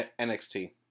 NXT